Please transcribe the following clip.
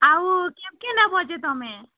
ଆଉ କେବ୍ କେ ନବ ଯେ ତୁମେ